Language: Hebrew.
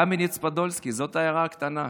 קמניץ-פודולסקי, זו עיירה קטנה.